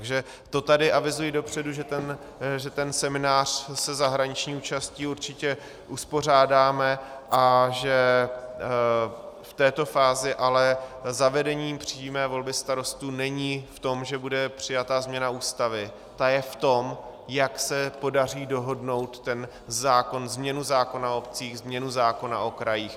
Takže to tady avizuji dopředu, že ten seminář se zahraniční účastí určitě uspořádáme a že v této fázi ale zavedením přímé volby starostů není v tom, že bude přijatá změna Ústavy, ta je v tom, jak se podaří dohodnout ten zákon, změnu zákona o obcích, změnu zákona o krajích.